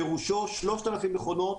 פירושו 3,000 מכונות,